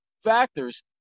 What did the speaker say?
factors